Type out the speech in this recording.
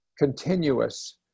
continuous